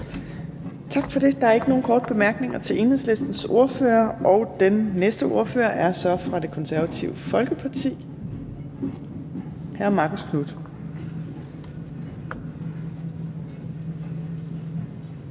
Tak for det. Der er ikke nogen korte bemærkninger til Enhedslistens ordfører. Den næste ordfører er fra Det Konservative Folkeparti, hr. Marcus Knuth.